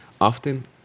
Often